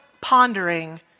pondering